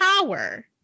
power